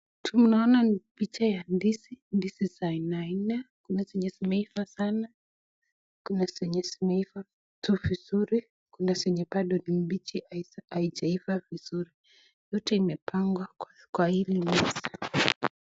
Tunaona picha ya ndizi, ndizi ya aina nne, kuna zenye zimeiva sana na kuna zenye zimeiva tu vizuri, kuna zenye bado ni mbichi haijaiva vizuri yote imepangwa kwa hili meza.